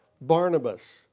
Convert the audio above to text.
Barnabas